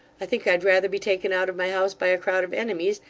i think i'd rather be taken out of my house by a crowd of enemies,